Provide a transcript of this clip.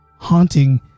haunting